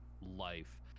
life